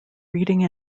reading